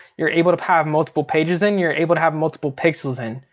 you're able to have multiple pages in, you're able to have multiple pixels in.